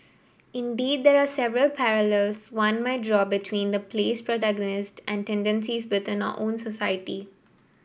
indeed there are several parallels one might draw between the play's protagonists and tendencies within our own society